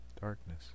darkness